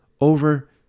over